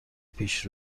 پیش